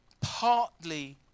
partly